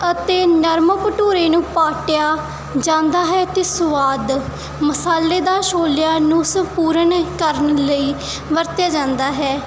ਅਤੇ ਨਰਮ ਭਟੂਰੇ ਨੂੰ ਪਾਟਿਆ ਜਾਂਦਾ ਹੈ ਅਤੇ ਸੁਆਦ ਮਸਾਲੇ ਦਾ ਛੋਲਿਆਂ ਨੂੰ ਸੰਪੂਰਨ ਕਰਨ ਲਈ ਵਰਤਿਆ ਜਾਂਦਾ ਹੈ